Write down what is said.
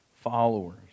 followers